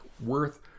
worth